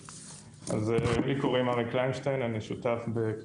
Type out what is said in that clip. שותף בקרן הון-סיכון שנקראת גלילות קפיטל.